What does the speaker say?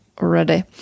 ready